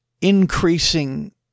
increasing